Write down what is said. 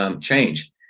change